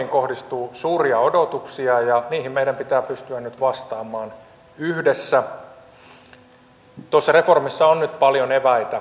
kohdistuu suuria odotuksia ja niihin meidän pitää pystyä nyt vastaamaan yhdessä tuossa reformissa on nyt paljon eväitä kauan kaivattuja